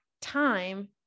time